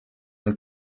und